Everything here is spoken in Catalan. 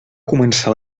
començar